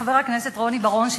חבר הכנסת רוני בר-און,